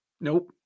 Nope